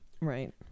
right